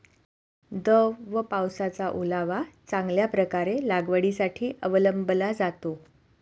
दव व पावसाचा ओलावा चांगल्या प्रकारे लागवडीसाठी अवलंबला जातो